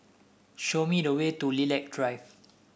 show me the way to Lilac Drive